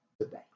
today